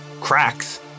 cracks